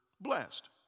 blessed